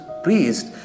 Priest